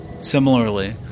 Similarly